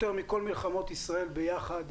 יותר מכל מלחמות ישראל ביחד.